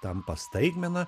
tampa staigmena